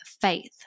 faith